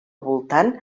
voltant